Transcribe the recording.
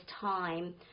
time